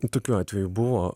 nu tokių atvejų buvo